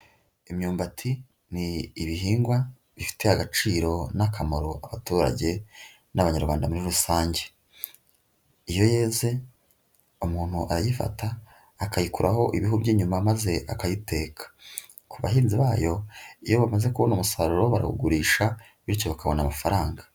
Imyumbati ni ibihingwa bifitiye agaciro n'akamaro abaturage n'Abanyarwanda muri rusange, iyo yeze umuntu arayifata akayikuraho ibihu by'inyuma maze akayiteka, ku bahinzi bayo iyo bamaze kubona umusaruro barawugurisha, bityo bakabona amafaranga.